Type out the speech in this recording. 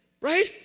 Right